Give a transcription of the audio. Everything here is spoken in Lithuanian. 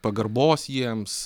pagarbos jiems